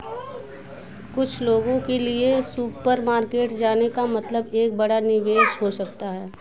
कुछ लोगों के लिए सुपरमार्केट जाने का मतलब एक बड़ा निवेश हो सकता है